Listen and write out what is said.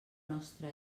nostra